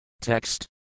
Text